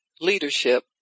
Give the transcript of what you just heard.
leadership